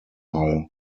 hull